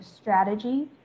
strategy